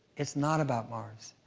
it's not about mars.